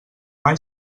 mai